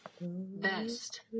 Best